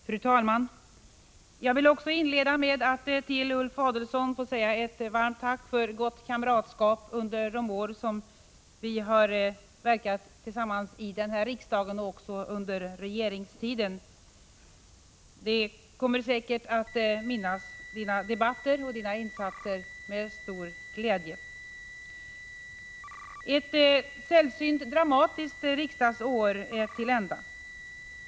Fru talman! Jag vill också inleda med att till Ulf Adelsohn säga ett varmt tack för gott kamratskap under de år som vi har verkat tillsammans i riksdagen och även under regeringstiden. Vi kommer att minnas dina debatter och dina insatser med stor glädje. Ett sällsynt dramatiskt riksdagsår är till ända.